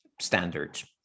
standards